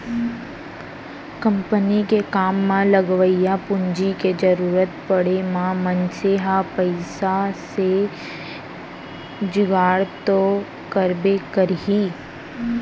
company के काम म लगवइया पूंजी के जरूरत परे म मनसे ह पइसा के जुगाड़ तो करबे करही